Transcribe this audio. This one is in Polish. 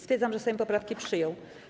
Stwierdzam, że Sejm poprawki przyjął.